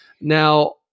Now